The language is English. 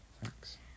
thanks